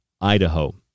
Idaho